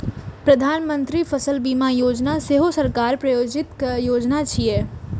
प्रधानमंत्री फसल बीमा योजना सेहो सरकार प्रायोजित योजना छियै